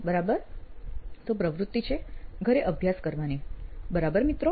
બરાબર તો પ્રવૃત્તિ છે ઘરે અભ્યાસ કરવાની બરાબર મિત્રો